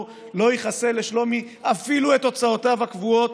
לא יכסה לשלומי אפילו את הוצאותיו הקבועות,